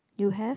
you have